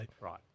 Right